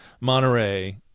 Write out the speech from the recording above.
Monterey